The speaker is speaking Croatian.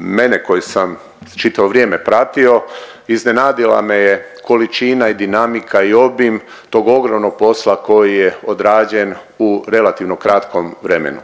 mene koji sam čitavo vrijeme pratio iznenadila me je količina i dinamika i obim tog ogromnog posla koji je odrađen u relativno kratkom vremenu.